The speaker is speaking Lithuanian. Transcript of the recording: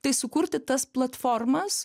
tai sukurti tas platformas